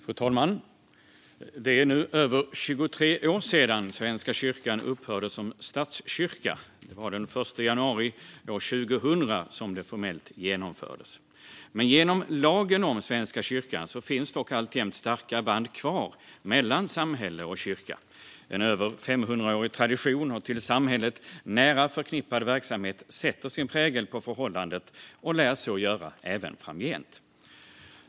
Fru talman! Det är nu över 23 år sedan Svenska kyrkan upphörde som statskyrka. Det var den 1 januari år 2000 som det formellt genomfördes. Men genom lagen om Svenska kyrkan finns dock alltjämt starka band kvar mellan samhälle och kyrka. En över 500-årig tradition och till samhället nära förknippad verksamhet sätter sin prägel på förhållandet och lär så göra även framgent.